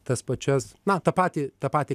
tas pačias na tą patį tą patį